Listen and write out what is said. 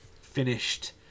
finished